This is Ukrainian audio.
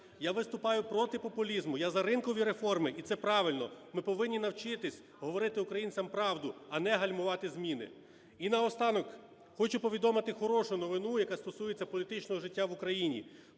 Я виступаю проти популізму, я за ринкові реформи, і це правильно. Ми повинні навчитися говорити українцям правду, а не гальмувати зміни. І наостанок хочу повідомити хорошу новину, яка стосується політичного життя в Україні.